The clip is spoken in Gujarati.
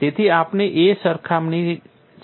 તેથી ચોક્કસપણે એક સરખામણી છે